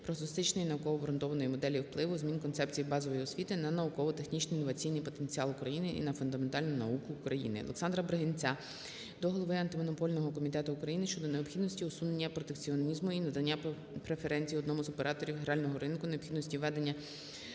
прогностичної науково обґрунтованої моделі впливу змін концепції базової освіти на науково-технічний, інноваційний потенціали України і на фундаментальну науку України. Олександра Бригинця до голови Антимонопольного комітету України щодо необхідності усунення протекціонізму і надання преференцій одному з операторів грального ринку, необхідності введення